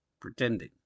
pretending